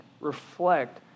reflect